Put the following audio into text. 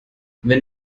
wenn